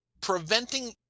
preventing